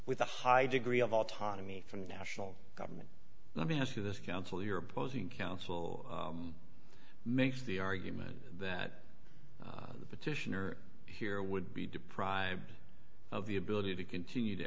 with a high degree of autonomy from the national government let me ask you this council your opposing counsel makes the argument that the petitioner here would be deprived of the ability to continue to